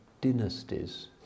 dynasties